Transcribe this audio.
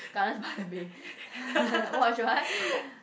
Gardens-by-the-Bay !wah! should I